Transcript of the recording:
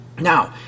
Now